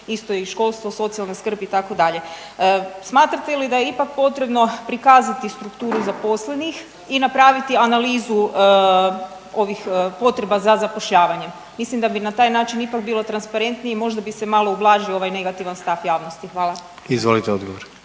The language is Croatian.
isto i školstvo, socijalna skrb itd. Smatrate li da je ipak potrebno prikazati strukturu zaposlenih i napraviti analizu ovih potreba za zapošljavanjem? Mislim da bi na taj način ipak bilo transparentnije i možda bi se malo ublažio ovaj negativan stav javnosti. Hvala. **Jandroković,